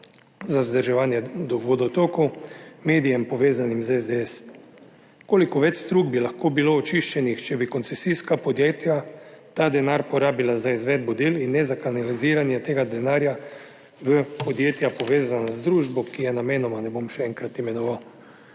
vzdrževanje vodotokov za medijem povezanim z SDS. Koliko več strug bi lahko bilo očiščenih, če bi koncesijska podjetja ta denar porabila za izvedbo del in ne za kanaliziranje? Tega denarja v podjetja, povezana z družbo, ki je namenoma ne bom še enkrat imenoval.